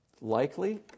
likely